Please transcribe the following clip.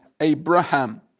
Abraham